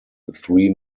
three